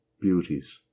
beauties